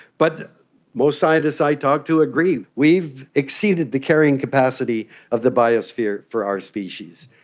but most scientists i talk to agree, we've exceeded the carrying capacity of the biosphere for our species.